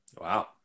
Wow